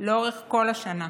לאורך כל השנה.